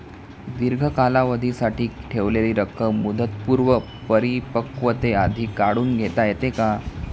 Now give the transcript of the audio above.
दीर्घ कालावधीसाठी ठेवलेली रक्कम मुदतपूर्व परिपक्वतेआधी काढून घेता येते का?